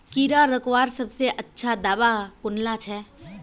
कीड़ा रोकवार सबसे अच्छा दाबा कुनला छे?